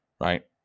right